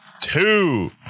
two